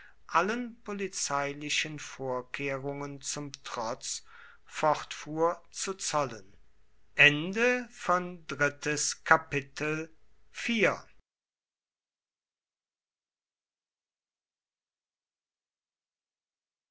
allen polizeilichen vorkehrungen zum trotz fortfuhr zu zollen